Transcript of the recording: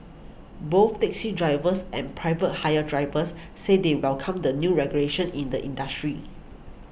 both taxi drivers and private hire drivers said they welcome the new regulations in the industry